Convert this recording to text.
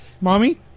Mommy